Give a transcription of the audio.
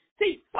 see